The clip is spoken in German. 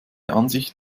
ansicht